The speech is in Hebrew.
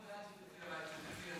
הודעת הממשלה על העברת סמכות משר הפנים אריה